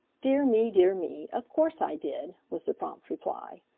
dear me! dear me! of course i did, was the prompt reply.